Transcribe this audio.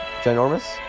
Ginormous